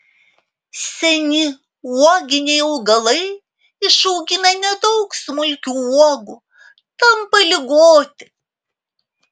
seni uoginiai augalai išaugina nedaug smulkių uogų tampa ligoti